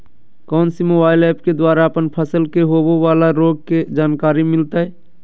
कौन सी mobile app के द्वारा अपन फसल के होबे बाला रोग के जानकारी मिलताय?